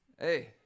Hey